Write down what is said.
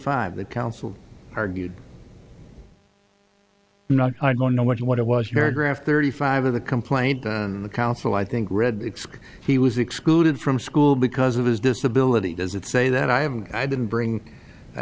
five the council argued not i don't know what you what it was very graph thirty five of the complaint in the council i think read he was excluded from school because of his disability does it say that i have and i didn't bring i